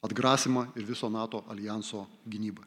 atgrasymą ir viso nato aljanso gynybą